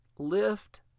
Lift